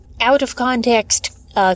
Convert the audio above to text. out-of-context